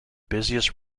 busiest